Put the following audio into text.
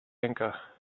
anchor